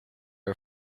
are